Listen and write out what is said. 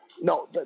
No